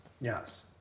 Yes